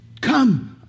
come